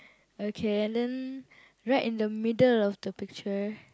okay and then right in the middle of the picture